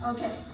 Okay